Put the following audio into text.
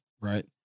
right